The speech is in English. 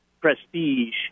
prestige